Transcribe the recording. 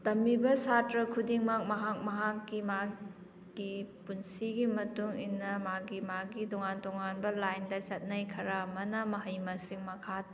ꯇꯝꯂꯤꯕ ꯁꯥꯇ꯭ꯔ ꯈꯨꯗꯤꯡꯃꯛ ꯃꯍꯥꯛ ꯃꯍꯥꯛꯀꯤ ꯃꯥꯒꯤ ꯄꯨꯟꯁꯤꯒꯤ ꯃꯇꯨꯡ ꯏꯟꯅ ꯃꯥꯒꯤ ꯃꯥꯒꯤ ꯇꯣꯉꯥꯟ ꯇꯣꯉꯥꯟꯕ ꯂꯥꯏꯟꯗ ꯆꯠꯅꯩ ꯈꯔ ꯑꯃꯅ ꯃꯍꯩ ꯃꯁꯤꯡ ꯃꯈꯥ